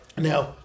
Now